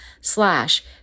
slash